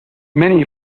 many